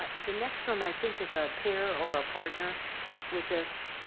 but the next one i think is a pair or ah partner with this,